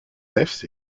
nefs